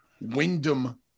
Wyndham